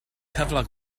cyflog